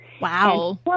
Wow